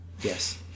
yes